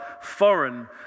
foreign